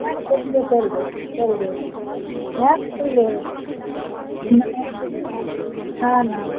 হ্যাঁ করবো করবো করবো হ্যাঁ তুলবে না না না না